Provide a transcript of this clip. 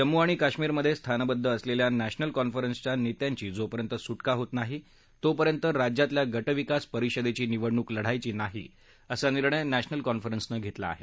जम्मू आणि काश्मिरमध्ये स्थानबद्ध असलेल्या नध्मिल कॉन्फरन्सच्या नेत्यांचीजोपर्यंत सुटका होत नाही तोपर्यंत राज्यातल्या गट विकास परिषदेची निवडणूक लढवायची नाही असा निर्णय नधीनल कॉन्फरन्सनं घेतला आहे